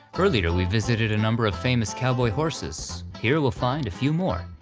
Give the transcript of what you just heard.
earlier we visited a number of famous cowboy horses, here we'll find a few more,